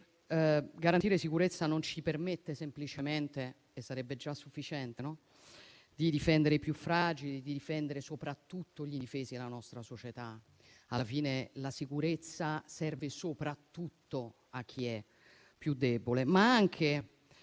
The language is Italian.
garantire sicurezza non ci permette semplicemente - e sarebbe già sufficiente - di difendere i più fragili e soprattutto gli indifesi della nostra società. Alla fine, la sicurezza serve soprattutto a chi è più debole. Ma lo